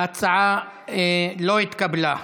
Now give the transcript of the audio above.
ההצעה לא התקבלה.